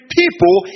people